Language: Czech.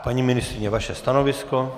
Paní ministryně, vaše stanovisko.